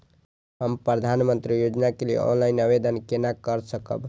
हम प्रधानमंत्री योजना के लिए ऑनलाइन आवेदन केना कर सकब?